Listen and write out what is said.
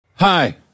Hi